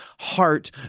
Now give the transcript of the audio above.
heart